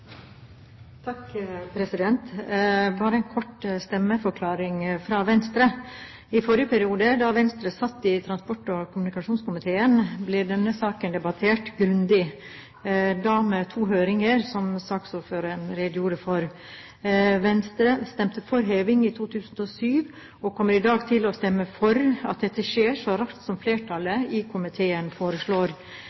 dette bli. Bare en kort stemmeforklaring fra Venstre: I forrige periode, da Venstre satt i transport- og kommunikasjonskomiteen, ble denne saken grundig debattert, med to høringer, som saksordføreren redegjorde for. Venstre stemte for heving i 2007 og kommer i dag til å stemme for at dette skjer så raskt som flertallet